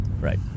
Right